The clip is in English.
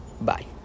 Bye